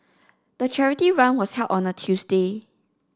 the charity run was held on a Tuesday